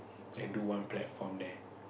and do one platform there